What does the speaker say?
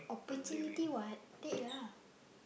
opportunity [what] take ah